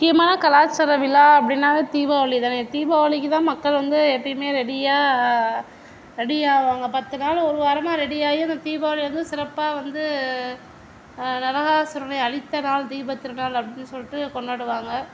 முக்கியமான கலாச்சார விழா அப்படின்னாவே தீபாவளி தானே தீபாவளிக்குதான் மக்கள் வந்து எப்பவுமே ரெடியாக ரெடி ஆவாங்க பத்து நாள் ஒரு வாரமாக ரெடி ஆகி அந்த தீபாவளி வந்து சிறப்பாக வந்து நரகாசுரனை அழித்த நாள் தீபத்திருநாள் அப்படின்னு சொல்லிட்டு கொண்டாடுவாங்க